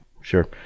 sure